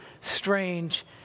strange